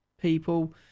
people